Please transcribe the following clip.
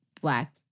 black